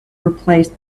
replaced